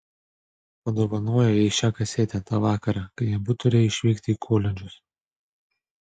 padovanojo jai šią kasetę tą vakarą kai abu turėjo išvykti į koledžus